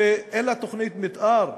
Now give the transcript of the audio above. אין לה תוכנית מתאר,